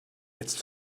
jetzt